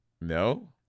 No